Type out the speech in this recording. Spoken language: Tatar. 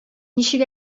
ничек